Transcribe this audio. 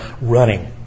running